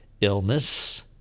illness